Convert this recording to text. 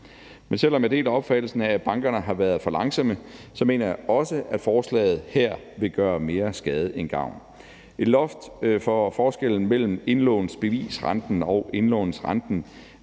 Men selv om jeg deler opfattelsen af, at bankerne har været for langsomme, så mener jeg også, at forslaget her vil gøre mere skade end gavn. Et loft på forskellen mellem indlånsbevisrenten og indlånsrenten